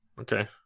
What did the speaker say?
Okay